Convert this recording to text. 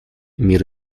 мир